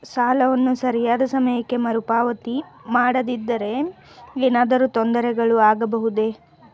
ಸಾಲವನ್ನು ಸರಿಯಾದ ಸಮಯಕ್ಕೆ ಮರುಪಾವತಿ ಮಾಡದಿದ್ದರೆ ಏನಾದರೂ ತೊಂದರೆಗಳು ಆಗಬಹುದೇ?